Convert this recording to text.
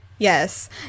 Yes